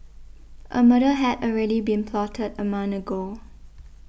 a murder had already been plotted a month ago